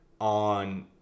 on